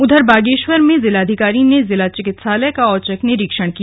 उधर बागेश्वर में जिलाधिकारी ने जिला चिकित्सालय का औचक निरीक्षण किया